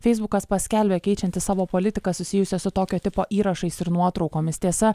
feisbukas paskelbė keičiantis savo politiką susijusią su tokio tipo įrašais ir nuotraukomis tiesa